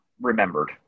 remembered